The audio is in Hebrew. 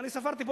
אני ספרתי פה,